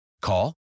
Call